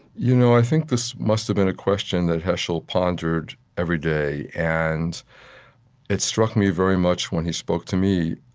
you know i think this must have been a question that heschel pondered every day. and it struck me very much, when he spoke to me,